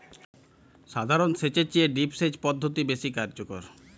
সাধারণ সেচ এর চেয়ে ড্রিপ সেচ পদ্ধতি বেশি কার্যকর